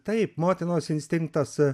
taip motinos instinktas